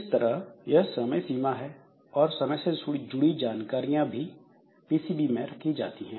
इस तरह यह समय सीमा है और समय से जुड़ी जानकारियां भी पीसीबी में रखी जाती हैं